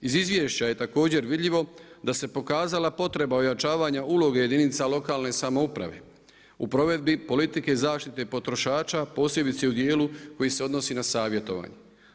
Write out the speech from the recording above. Iz izvješća je također vidljivo da se pokazala potreba ojačavanja uloge jedinica lokalne samouprave u provedbi politike zaštite potrošača posebice u dijelu koji se odnosi na savjetovanje.